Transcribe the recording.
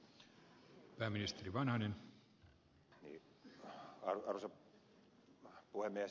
arvoisa puhemies